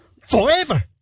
forever